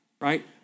right